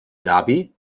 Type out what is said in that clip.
dhabi